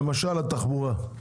למשל התחבורה.